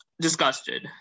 disgusted